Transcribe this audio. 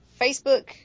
Facebook